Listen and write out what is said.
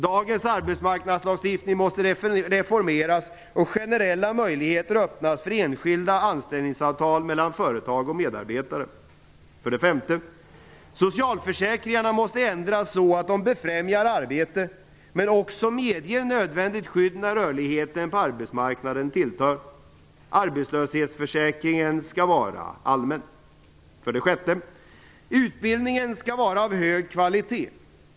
Dagens arbetsmarknadslagstiftning måste reformeras och generella möjligheter öppnas för enskilda anställningsavtal mellan företag och medarbetare. 5. Socialförsäkringarna måste ändras så att de befrämjar arbete men också medger nödvändigt skydd när rörligheten på arbetsmarknaden tilltar. Arbetslöshetsförsäkringen skall vara allmän. 6. Utbildningen skall vara av hög kvalitet.